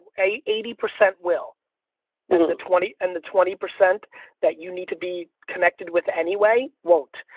eighty percent will and the twenty and the twenty percent that you need to be connected with anyway won't.